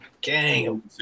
gang